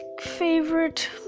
favorite